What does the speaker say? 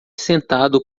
sentado